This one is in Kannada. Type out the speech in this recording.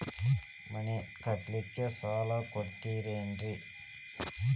ಮನಿ ಕಟ್ಲಿಕ್ಕ ಸಾಲ ಕೊಡ್ತಾರೇನ್ರಿ?